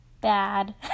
bad